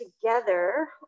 together